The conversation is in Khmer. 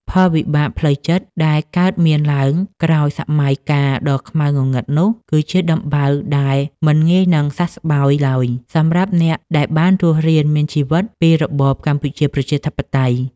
ផលវិបាកផ្លូវចិត្តដែលកើតមានឡើងក្រោយសម័យកាលដ៏ខ្មៅងងឹតនោះ គឺជាដំបៅដែលមិនងាយនឹងសះស្បើយឡើយសម្រាប់អ្នកដែលបានរស់រានមានជីវិតពីរបបកម្ពុជាប្រជាធិបតេយ្យ។